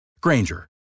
Granger